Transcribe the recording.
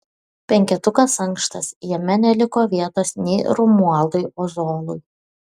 penketukas ankštas jame neliko vietos nei romualdui ozolui